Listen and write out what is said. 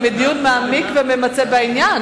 מדיון מעמיק וממצה בעניין,